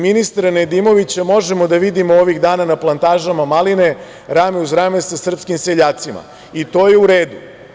Ministra Nedimovića možemo da vidimo ovih dana na plantažama maline, rame uz rame sa srpskim seljacima, i to je u redu.